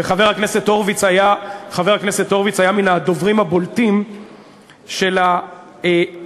וחבר הכנסת הורוביץ היה מן הדוברים הבולטים של האזהרות,